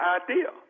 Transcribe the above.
idea